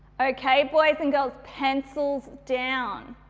okay, boys and girls pencils down.